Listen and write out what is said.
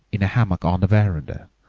in a hammock on the veranda,